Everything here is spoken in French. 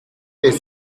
les